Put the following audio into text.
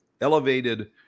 elevated